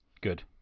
Good